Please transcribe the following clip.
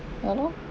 ya lor